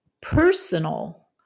personal